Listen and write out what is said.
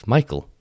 Michael